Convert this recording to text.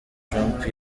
trump